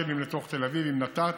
שאטלים לתוך תל אביב עם נת"צ,